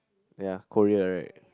ya Korea right